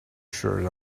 shirt